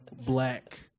black